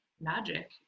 magic